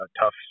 tough